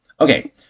Okay